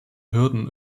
hürden